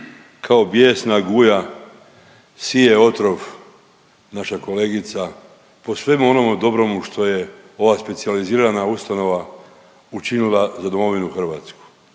kao bijesna guja sije otrov naša kolegica po svemu onome dobrome što je ova specijalizirana ustanova učinila za domovinu Hrvatsku.